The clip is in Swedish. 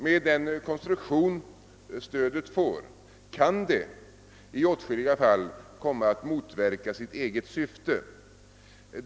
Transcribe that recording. Med den konstruktion stödet här får kan det i åtskilliga fall komma att motverka sitt eget syfte.